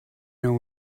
know